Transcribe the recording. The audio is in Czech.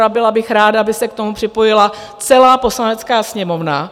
A byla bych ráda, aby se k tomu připojila celá Poslanecká sněmovna.